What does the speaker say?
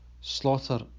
Slaughter